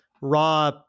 raw